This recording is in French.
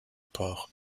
porc